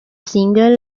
single